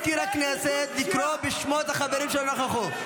תנו למזכיר הכנסת לקרוא בשמות החברים שלא נכחו.